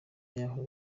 y’aho